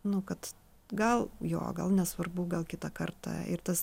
nu kad gal jo gal nesvarbu gal kitą kartą ir tas